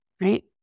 right